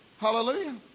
Hallelujah